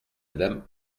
mme